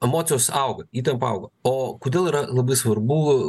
emocijos auga įtampa aug o kodėl yra labai svarbu